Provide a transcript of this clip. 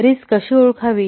risk कशी ओळखावी